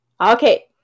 okay